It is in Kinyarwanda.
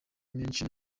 menshi